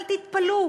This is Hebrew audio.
אבל תתפלאו,